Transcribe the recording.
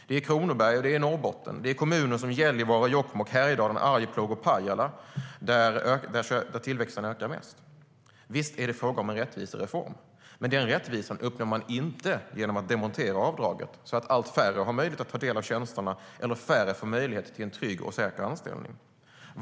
Det är i Kronoberg och i Norrbotten, i kommuner som Gällivare, Jokkmokk, Härjedalen, Arjeplog och Pajala. Där ökar tillväxten mest. Visst är det fråga om en rättvisereform, men den rättvisan uppnår man inte genom att demontera avdraget så att allt färre har möjlighet att ta del av tjänsterna eller att färre får möjlighet till en trygg och säker anställning.